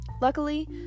luckily